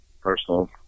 personal